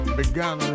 began